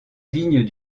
vigne